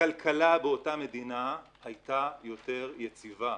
באותה מדינה הייתה יותר יציבה.